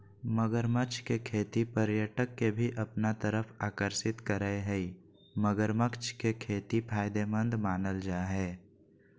मगरमच्छ के खेती पर्यटक के भी अपना तरफ आकर्षित करअ हई मगरमच्छ के खेती फायदेमंद मानल जा हय